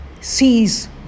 sees